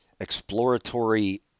exploratory